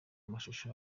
amashusho